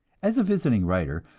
as a visiting writer,